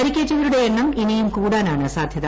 പരിക്കേറ്റവരുടെ എണ്ണം ഇനിയും കൂടാനാണ് സാധ്യത